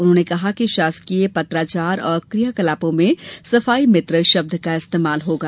उन्होंने कहा कि शासकीय पत्राचार और क्रिया कलापों में सफाई मित्र शब्द का ही प्रयोग होगा